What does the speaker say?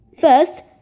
First